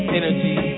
energy